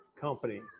company